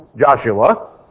Joshua